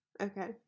Okay